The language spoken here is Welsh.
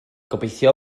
gobeithio